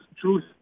truth